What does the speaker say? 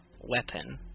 weapon